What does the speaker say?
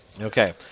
Okay